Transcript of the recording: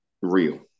real